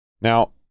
Now